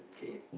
okay